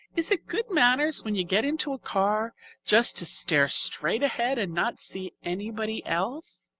is it good manners when you get into a car just to stare straight ahead and not see anybody else?